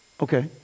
Okay